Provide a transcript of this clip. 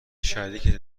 شریک